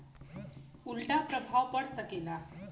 उल्टा प्रभाव पड़ सकेला